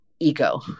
ego